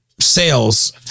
sales